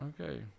Okay